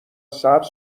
سبز